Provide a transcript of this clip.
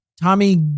Tommy